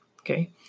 okay